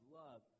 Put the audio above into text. love